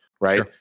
right